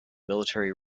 military